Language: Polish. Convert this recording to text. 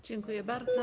Dziękuję bardzo.